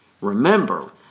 Remember